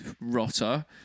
Rotter